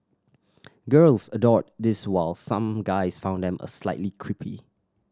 girls adored these while some guys found them a slightly creepy